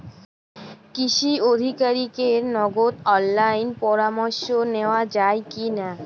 কৃষি আধিকারিকের নগদ অনলাইন পরামর্শ নেওয়া যায় কি না?